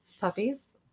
puppies